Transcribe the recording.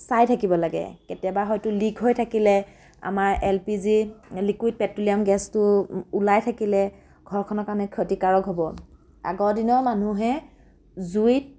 চাই থাকিব লাগে কেতিয়াবা হয়তো লিক্ হৈ থাকিলে আমাৰ L P G liquid petroleum গেছটো ওলাই থাকিলে ঘৰখনৰ কাৰণে ক্ষতিকাৰক হ'ব আগৰ দিনৰ মানুহে জুইত